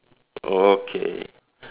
okay